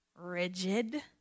rigid